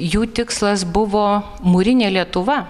jų tikslas buvo mūrinė lietuva